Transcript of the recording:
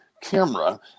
camera